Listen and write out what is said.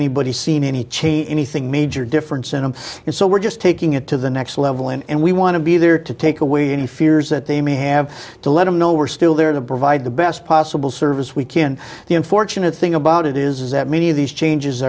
anybody seen any change anything major difference in them and so we're just taking it to the next level and we want to be there to take away any fears that they may have to let him know we're still there to provide the best possible service we can the unfortunate thing about it is that many of these changes